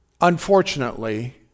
unfortunately